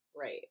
Right